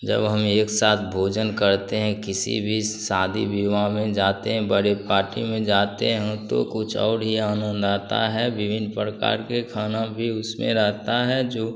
जब हम एक साथ भोजन करते हैं किसी भी शादी विवाह में जाते हैं बड़े पार्टी में जाते हैं तो कुछ और ही आनंद आता है विभिन्न परकार के खाने भी उसमें रहते है जो